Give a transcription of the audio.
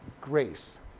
grace